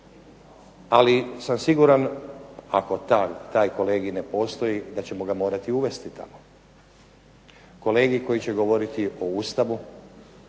Ali sam siguran ako taj kolegij ne postoji da ćemo ga morati uvesti tamo. Kolegiji koji će govoriti o Ustavu,